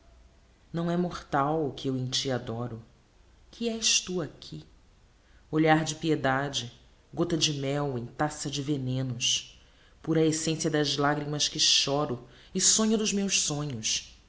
não é mortal o que eu em ti adoro que és tu aqui olhar de piedade gota de mel em taça de venenos pura essencia das lagrimas que chóro e sonho dos meus sonhos